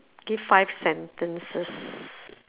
give five sentences